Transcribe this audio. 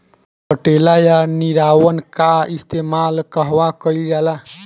पटेला या निरावन का इस्तेमाल कहवा कइल जाला?